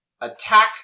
Attack